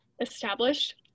established